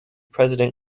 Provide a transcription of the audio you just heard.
president